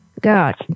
God